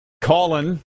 Colin